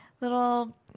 little